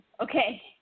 Okay